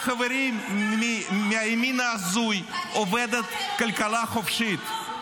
חברים מהימין ההזוי, עובדת כלכלה חופשית.